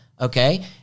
Okay